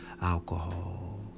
alcohol